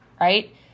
right